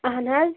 اہن حظ